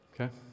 Okay